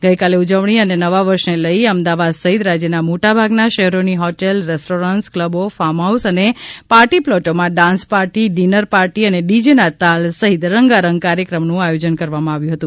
ગઇકાલે ઉજવણી અને નવા વર્ષને લઇને અમદાવાદ સહિત રાજયના મોટાભાગના શહેરોની હોટલરેસ્ટોરન્ટસ કલબો ફાર્મફાઉસ અને પાર્ટીપ્લોટોમાં ડાન્સ પાર્ટી ડિનર પાર્ટી અને ડીજેના તાલ સહિત રંગારંગ કાર્યક્રમોનુ આયોજન કરવામાં આવ્યુ હતું